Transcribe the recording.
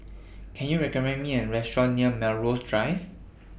Can YOU recommend Me A Restaurant near Melrose Drive